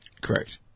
Correct